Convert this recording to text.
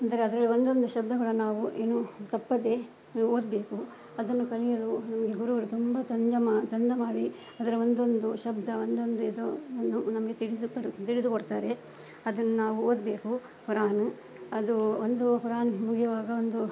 ಅಂದರೆ ಅದರಲ್ಲಿ ಒಂದೊಂದು ಶಬ್ದ ಕೂಡ ನಾವು ಏನು ತಪ್ಪದೇ ಓದಬೇಕು ಅದನ್ನು ಕಲಿಯಲು ನಮಗೆ ಗುರುಗಳು ತುಂಬ ತಂಜ ಮಾ ಚೆಂದ ಮಾಡಿ ಅದರ ಒಂದೊಂದು ಶಬ್ದ ಒಂದೊಂದು ಇದು ನಮಗೆ ತಿಳಿದು ಕೊರ್ ತಿಳಿದು ಕೊಡ್ತಾರೆ ಅದನ್ನು ನಾವು ಓದಬೇಕು ಕುರಾನ್ ಅದು ಒಂದು ಕುರಾನ್ ಮುಗಿಯುವಾಗ ಒಂದು